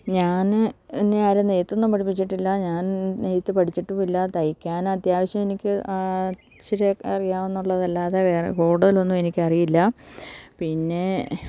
ഞാന് എന്നെയാരും നെയ്ത്തൊന്നും പഠിപ്പിച്ചിട്ടില്ല ഞാൻ നെയ്ത്ത് പഠിച്ചിട്ടുമില്ല തയ്ക്കാന് അത്യാവശ്യം എനിക്ക് ഇച്ചിരി അറിയാമെന്നുള്ളതല്ലാതെ വേറെ കൂടുതലൊന്നും എനിക്കറിയില്ല പിന്നെ